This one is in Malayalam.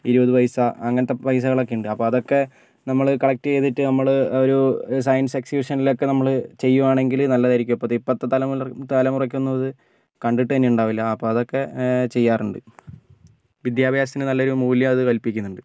ഇരുപത് പൈസ അങ്ങനത്തെ പൈസകളൊക്കെ ഉണ്ട് അപ്പോൾ അതൊക്കെ നമ്മൾ കളക്റ്റ് ചെയ്തിട്ട് നമ്മൾ ഒരു സയൻസ് എക്സിബിഷനിലൊക്കെ നമ്മൾ ചെയ്യുവാണെങ്കിൽ നല്ലതായിരിക്കും ഇപ്പോൾ ഇപ്പോഴത്തെ തലമുറ തലമുറയ്ക്കൊന്നും അത് കണ്ടിട്ടു തന്നെ ഉണ്ടാവില്ല ആ അപ്പോൾ അതൊക്കെ ചെയ്യാറുണ്ട് വിദ്യാഭ്യാസത്തിന് നല്ലൊരു മൂല്യം അത് കൽപ്പിക്കുന്നുണ്ട്